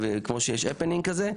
כמו שיש הפנינג כזה,